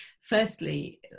Firstly